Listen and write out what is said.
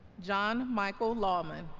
john micheal lahman